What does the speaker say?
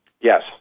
Yes